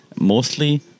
mostly